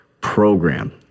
program